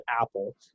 apple